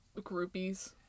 groupies